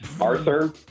Arthur